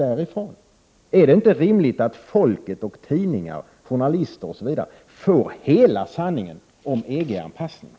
Är det inte rimligt att folket, tidningar, journalister osv. får hela sanningen om EG-anpassningen?